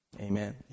Amen